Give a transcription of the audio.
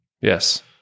yes